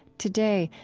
today,